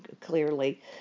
clearly